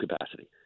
capacity